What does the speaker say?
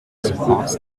supports